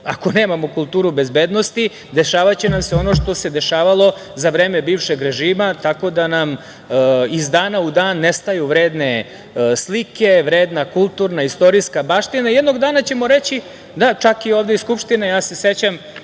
ako nemamo kulturu bezbednosti, dešavaće nam se ono što se dešavalo za vreme bivšeg režima, tako da nam iz dana u dan nestaju vredne slike, vredna kulturna, istorijska baština. Jednog dana ćemo reći – da, čak i ovde iz Skupštine, ja se sećam